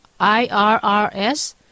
IRRS